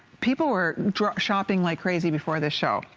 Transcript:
people were shopping like crazy before the show.